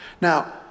Now